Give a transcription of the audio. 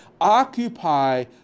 occupy